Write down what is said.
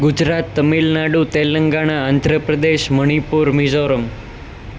Gujarat Tamil Nadu Telangana Andhra Pradesh Manipur Mizoram